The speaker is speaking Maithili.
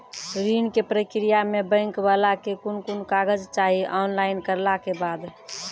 ऋण के प्रक्रिया मे बैंक वाला के कुन कुन कागज चाही, ऑनलाइन करला के बाद?